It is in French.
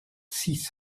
six